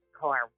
car